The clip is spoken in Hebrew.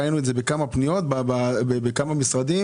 ראינו את זה בכמה פניות של כמה משרדים